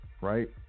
right